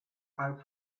are